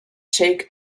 sheikh